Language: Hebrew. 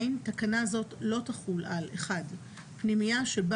תקנה זאת לא תחול על- פנימייה שבה